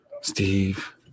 Steve